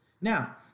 Now